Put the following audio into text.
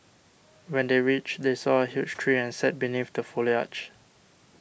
when they reached they saw a huge tree and sat beneath the foliage